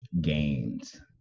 gains